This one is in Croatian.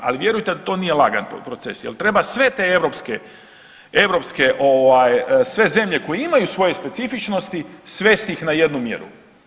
Ali vjerujte, da to nije lagan proces, jer treba sve te europske, sve zemlje koje imaju svoje specifičnosti svesti ih na jednu mjeru.